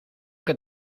que